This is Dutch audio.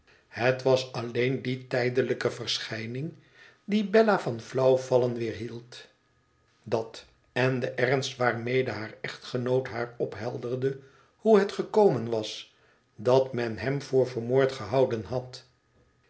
het was alleen die tijdelijke verschijning die bella van flauwvallen weerhield dat en de ernst waarmede haar echtgenoot haar ophelderde hoe het gekomen was dat men hem voor vermoord gehouden had